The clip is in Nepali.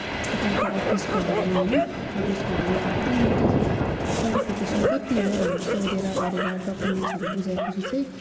त्यहाँको अफिसकोहरूले होइन अफिसकोहरूले अब तिम्रो त्यसो भए क्वालिफिकेसन कति हो भनेर सोधेर ओरेर डक्युम्न्टसहरू बुझाएपछि चाहिँ